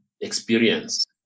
experience